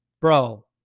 Bro